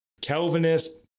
Calvinist